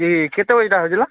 ସେ କେତେବେଳେ ଏଇଟା ହଜିଲା